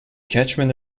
catchment